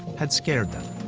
had scared them.